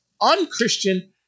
un-Christian